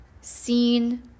seen